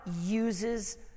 uses